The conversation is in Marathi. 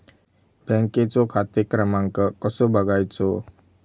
बँकेचो खाते क्रमांक कसो बगायचो?